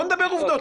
בוא נדבר עובדות.